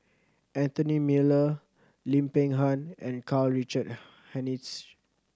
Anthony Miller Lim Peng Han and Karl Richard Hanitsch